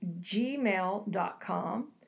gmail.com